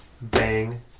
Bang